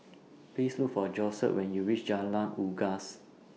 Please Look For Josette when YOU REACH Jalan Unggas